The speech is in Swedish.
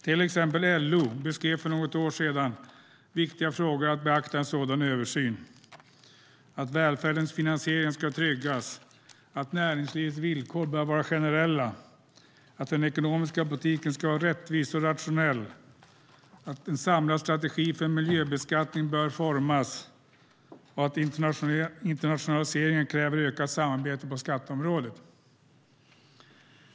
Till exempel LO beskrev för något år sedan viktiga frågor att beakta i en sådan översyn. Välfärdens finansiering ska tryggas, näringslivets villkor bör vara generella, den ekonomiska politiken ska vara rättvis och rationell, en samlad strategi för miljöbeskattning bör formas och internationaliseringen kräver ökat samarbete på skatteområdet.